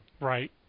Right